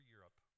Europe